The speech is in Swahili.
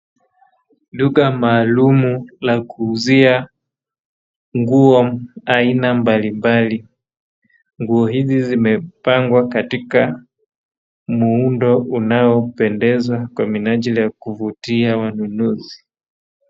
Duka maalum la kuuzia nguo aina mbalimbali. Nguo hizo zimepangwa katika muundo unaopendeza kwa minajili ya kuvutia wanunuzi.